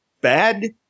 bad